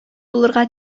булырга